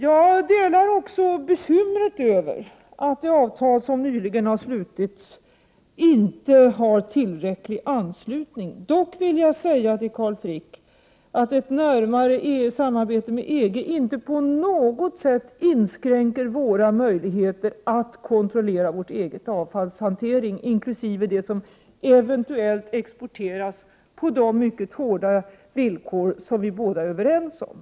Jag delar också bekymret över att det avtal som nyligen har slutits inte har tillräcklig anslutning. Jag vill dock säga till Carl Frick att ett närmare samarbete med EG inte på något vis inskränker våra möjligheter att kontrollera vår egen avfallshantering, inkl. det avfall som eventuellt exporteras på de mycket hårda villkor som vi båda är överens om.